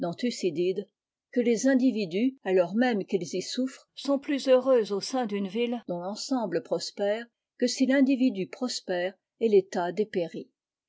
que les individus alors même qu'ils y souffrent sont plus heureux au sein me ville dont l'ensemble prospère que si udividu prospère et l'etat dépérit